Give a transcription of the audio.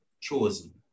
chosen